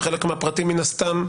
וחלק מן הפרטים מן הסתם,